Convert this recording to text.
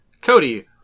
Cody